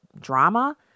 drama